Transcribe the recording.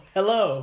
Hello